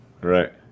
Right